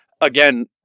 Again